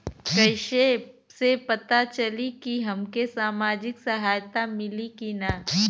कइसे से पता चली की हमके सामाजिक सहायता मिली की ना?